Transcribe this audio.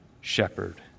shepherd